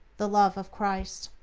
the love of christ.